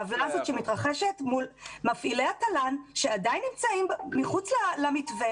אפליה שמתרחשת מול מפעילי התל"ן שעדיין נמצאים מחוץ למתווה.